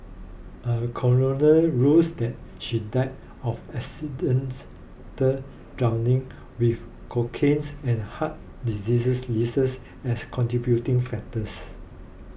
a coroner rules that she died of accidental drowning with cocaines and heart disease leases as contributing factors